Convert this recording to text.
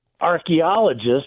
archaeologists